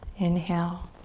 inhale.